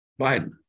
Biden